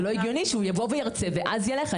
זה לא הגיוני שהוא יבוא וירצה ואז ילך.